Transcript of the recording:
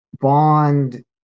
bond